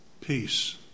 peace